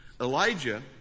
Elijah